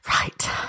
Right